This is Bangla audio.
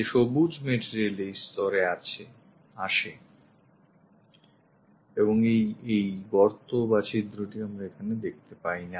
যে সবুজ material এই স্তরে আসে এবং এই গর্ত বা ছিদ্রটি আমরা দেখতে পাই না